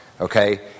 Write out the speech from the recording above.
Okay